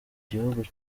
gihugu